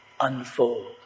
unfold